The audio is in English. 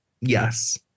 Yes